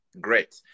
great